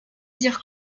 dire